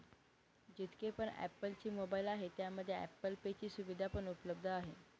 जितके पण ॲप्पल चे मोबाईल आहे त्यामध्ये ॲप्पल पे ची सुविधा पण उपलब्ध आहे